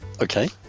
Okay